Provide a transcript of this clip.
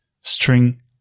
string